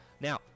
Now